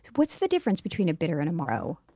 what's the difference between a bitters and amaro?